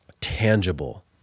tangible